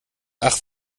ach